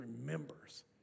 remembers